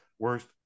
Worst